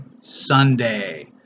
Sunday